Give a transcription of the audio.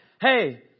hey